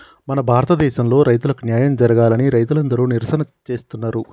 మన భారతదేసంలో రైతులకు న్యాయం జరగాలని రైతులందరు నిరసన చేస్తున్నరు